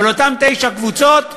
אבל אותן תשע קבוצות,